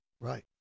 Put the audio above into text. Right